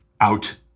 out